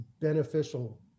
beneficial